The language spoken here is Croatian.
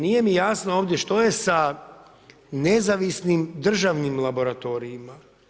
Nije mi jasno ovdje što je sa nezavisnim državnim laboratorijima.